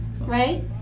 Right